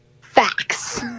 Facts